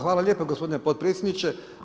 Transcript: Hvala lijepa gospodine potpredsjedniče.